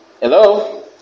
Hello